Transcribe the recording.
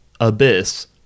abyss